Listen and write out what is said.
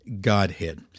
Godhead